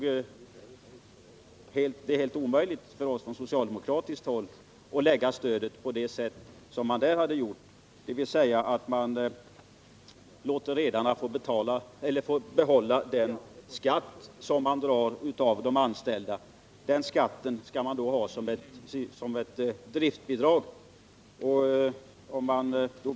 För oss socialdemokrater är det helt omöjligt. Utredningen föreslog nämligen att redarna som driftbidrag skulle få behålla den skatt man drar av de anställdas löner.